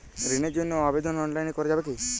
ঋণের জন্য আবেদন অনলাইনে করা যাবে কি?